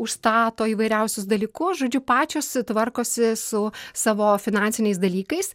užstato įvairiausius dalykus žodžiu pačios tvarkosi su savo finansiniais dalykais